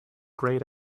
grayed